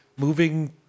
moving